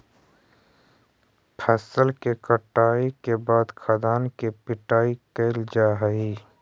फसल के कटाई के बाद खाद्यान्न के पिटाई कैल जा हइ